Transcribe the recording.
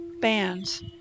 bands